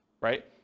right